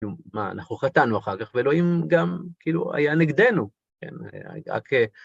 מה, אנחנו חטאנו אחר כך, ואלוהים גם, כאילו, היה נגדנו.